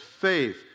faith